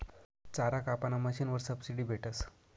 चारा कापाना मशीनवर सबशीडी भेटस